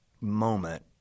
moment